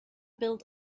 build